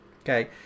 Okay